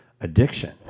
addiction